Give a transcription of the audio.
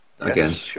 again